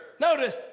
Notice